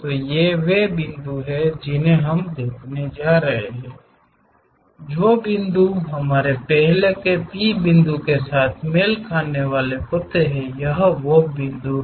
तो ये वे बिंदु हैं जिन्हें हम देखने जा रहे हैं जो बिंदु हमारे पहले P बिंदु के साथ मेल खाने वाले हैं यह वो है